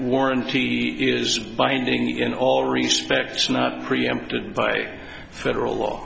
warranty is binding in all respects not preempted by federal law